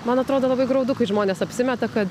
man atrodo labai graudu kai žmonės apsimeta kad